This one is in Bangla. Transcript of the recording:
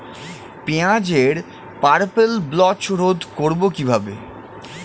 পেঁয়াজের পার্পেল ব্লচ রোধ করবো কিভাবে?